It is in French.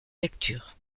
lectures